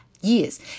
years